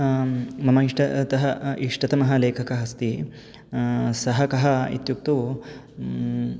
मम इष्ट तः इष्टतमः लेखकः अस्ति सः कः इत्युक्तौ